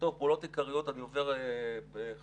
פעולות עיקריות, אני עובר בחטף.